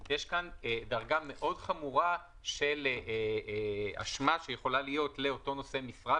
יש כאן דרגה מאוד חמורה של אשמה שיכולה להיות לאותו נושא משרה,